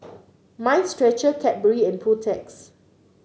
Mind Stretcher Cadbury and Protex